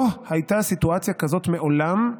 לא הייתה סיטואציה כזאת מעולם,